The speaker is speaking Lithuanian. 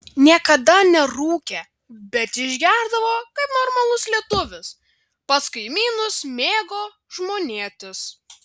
niekada nerūkė bet išgerdavo kaip normalus lietuvis pas kaimynus mėgo žmonėtis